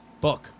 Book